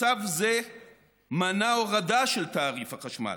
מצב זה מנע הורדה של תעריף החשמל,